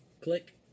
Click